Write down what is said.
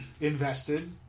invested